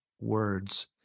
words